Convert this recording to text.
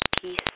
peace